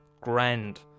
Grand